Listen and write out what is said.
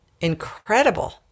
incredible